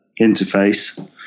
interface